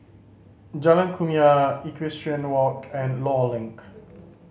Jalan Kumia Equestrian Walk and Law Link